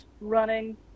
running